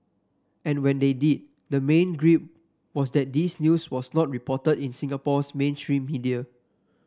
and when they did the main gripe was that this news was not reported in Singapore's mainstream media